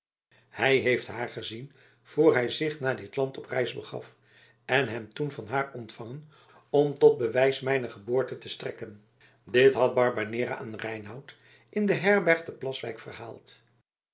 hij heeft haar gezien voor hij zich naar dit land op reis begaf en hem toen van haar ontvangen om tot bewijs mijner geboorte te strekken dit had barbanera aan reinout in de herberg te plaswijk verhaald